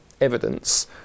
evidence